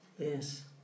Yes